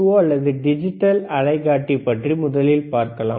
ஓ என்ற டிஜிட்டல் அலைக்காட்டி பற்றி முதலில் பார்க்கலாம்